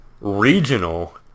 regional